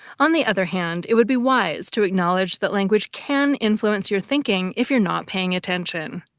on the other hand, it would be wise to acknowledge that language can influence your thinking if you're not paying attention.